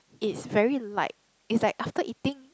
it's very light it's like after eating